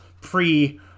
pre